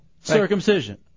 Circumcision